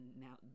now